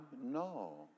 No